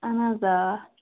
اَہَن حظ آ